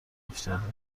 افتادیم